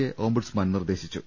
A ombudsman നിർദ്ദേശി ച്ചു